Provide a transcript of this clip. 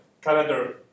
calendar